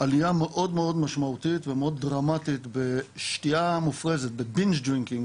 עליה מאוד משמעותית ומאוד דרמטית בשתייה מופרזת bing drinking,